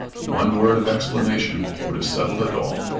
one word of explanation would have settled it all,